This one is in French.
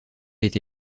été